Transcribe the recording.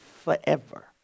forever